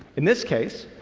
in this case,